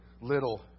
little